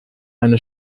eine